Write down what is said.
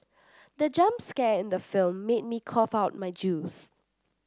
the jump scare in the film made me cough out my juice